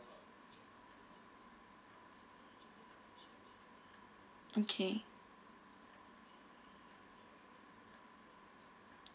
okay